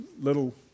little